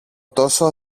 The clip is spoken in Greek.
τόσο